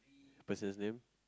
person's name